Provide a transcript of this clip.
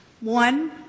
One